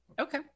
Okay